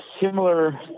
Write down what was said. similar